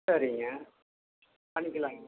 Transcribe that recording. சரிங்க பண்ணிக்கலாங்க